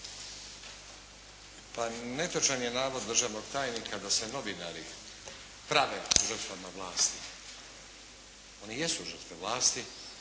Pa netočan je navod državnog tajnika da se novinari prave žrtvama vlasti. Oni jesu žrtve vlasti